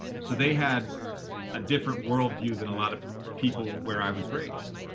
so they had a different worldview than a lot of people where i was raised.